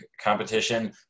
competition